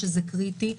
שזה קריטי,